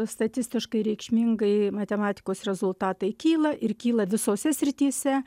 statistiškai reikšmingai matematikos rezultatai kyla ir kyla visose srityse